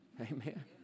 Amen